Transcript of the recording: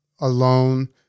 alone